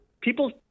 people